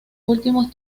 últimos